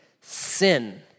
sin